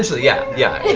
um so yeah, yeah.